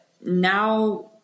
Now